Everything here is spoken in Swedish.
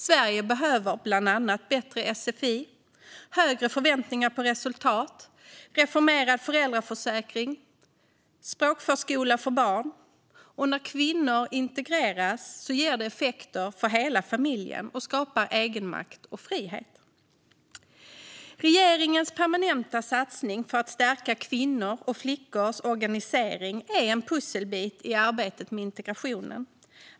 Sverige behöver bland annat bättre sfi, högre förväntningar på resultat, reformerad föräldraförsäkring och språkförskola för barn. När kvinnor integreras ger det effekter för hela familjen och skapar egenmakt och frihet. Regeringens permanenta satsning för att stärka kvinnors och flickors organisering är en pusselbit i arbetet med integrationen.